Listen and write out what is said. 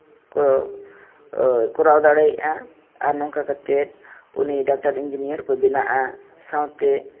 ᱠᱚ ᱠᱚᱨᱟᱣ ᱫᱟᱲᱮᱭᱟᱜᱼᱟᱭ ᱟᱨ ᱱᱚᱝᱠᱟ ᱠᱟᱛᱮᱫ ᱩᱱᱤ ᱰᱟᱠᱛᱟᱨ ᱤᱧᱡᱤᱱᱤᱭᱟᱨ ᱠᱚᱭ ᱵᱮᱱᱟᱜᱼᱟ ᱥᱟᱶᱛᱮ